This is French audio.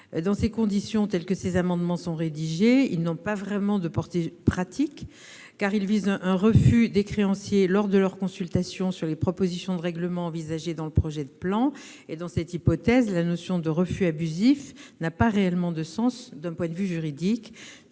Dans ces conditions, tels qu'ils sont rédigés, les amendements n'ont pas vraiment de portée pratique, car ils visent un refus des créanciers lors de leur consultation sur les propositions de règlement envisagées dans le projet de plan. Dans cette hypothèse, la notion de refus abusif n'a pas réellement de sens d'un point de vue juridique.